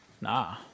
Nah